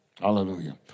Hallelujah